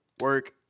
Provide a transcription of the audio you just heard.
work